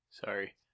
Sorry